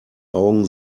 augen